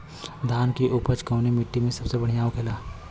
धान की उपज कवने मिट्टी में सबसे बढ़ियां होखेला?